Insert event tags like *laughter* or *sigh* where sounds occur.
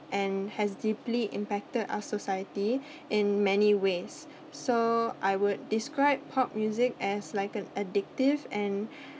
and has deeply impacted *breath* our society in many ways so I would describe pop music as like an addictive and